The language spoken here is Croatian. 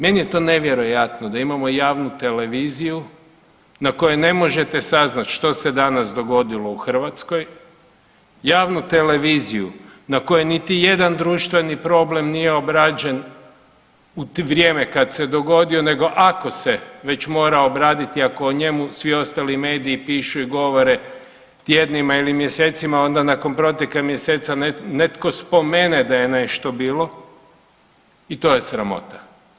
Meni je to nevjerojatno da imamo javnu televiziju na kojoj ne možete saznati što se danas dogodilo u Hrvatskoj, javnu televiziju na kojoj niti jedan društveni problem nije obrađen u vrijeme kad se dogodio nego ako se već mora obraditi ako o njemu svi ostali mediju pišu i govore tjednima ili mjesecima, onda nakon proteka mjeseca netko spomene da je nešto bilo i to je sramota.